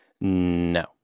No